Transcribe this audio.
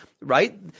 right